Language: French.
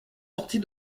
sortis